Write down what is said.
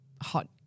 hot